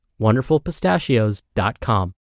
WonderfulPistachios.com